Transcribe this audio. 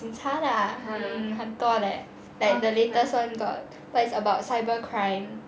警察的 ah 很多 leh like the latest [one] got but it's about cyber crime are ya